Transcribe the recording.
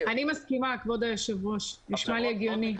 אני מסכימה כבוד היושב-ראש, נשמע לי הגיוני.